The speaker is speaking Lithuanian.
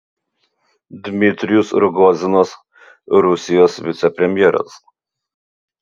dmitrijus rogozinas rusijos vicepremjeras